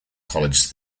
college